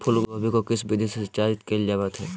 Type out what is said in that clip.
फूलगोभी को किस विधि से सिंचाई कईल जावत हैं?